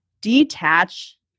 detach